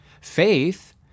Faith